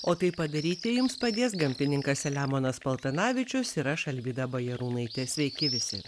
o tai padaryti jums padės gamtininkas saliamonas paltanavičius ir aš alvyda bajarūnaitė sveiki visi